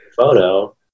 photo